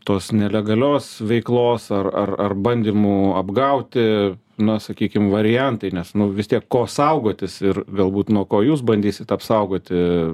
tos nelegalios veiklos ar ar ar bandymų apgauti na sakykim variantai nes nu vis tiek ko saugotis ir galbūt nuo ko jūs bandysit apsaugoti